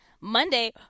Monday